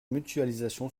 mutualisation